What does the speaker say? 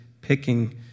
picking